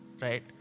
right